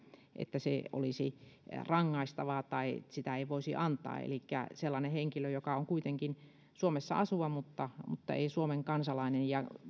että se olisi rangaistavaa tai että sitä ei voisi antaa elikkä olisi sellainen henkilö joka on kuitenkin suomessa asuva mutta mutta ei suomen kansalainen